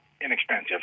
inexpensive